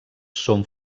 són